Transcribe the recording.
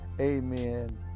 amen